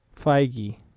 Feige